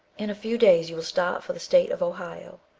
in a few days you will start for the state of ohio,